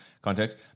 context